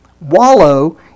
wallow